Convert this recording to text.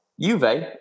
Juve